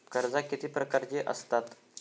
कर्जा किती प्रकारची आसतत